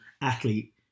athlete